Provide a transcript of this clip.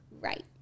Right